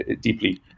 deeply